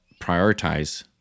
prioritize